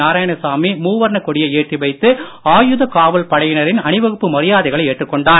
நாராயணசாமி மூவர்ண கொடியை ஏற்றி வைத்து ஆயுத காவல் படையினரின் அணிவகுப்பு மரியாதைகளை ஏற்றுக் கொண்டார்